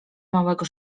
małego